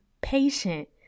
patient